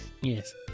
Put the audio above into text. Yes